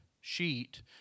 sheet